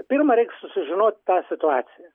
pirma reik susižinot tą situaciją